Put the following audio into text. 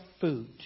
food